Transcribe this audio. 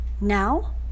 Now